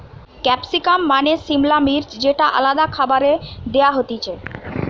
capsicum মানে সিমলা মির্চ যেটা আলাদা খাবারে দেয়া হতিছে